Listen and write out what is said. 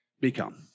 become